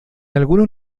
algunos